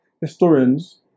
Historians